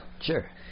Sure